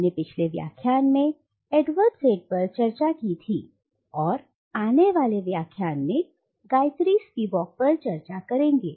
हमने अपने पिछले व्याख्यान में एडवर्ड सेड पर चर्चा की और आने वाले व्याख्यान में गायत्री स्पिवाक पर चर्चा करेंगे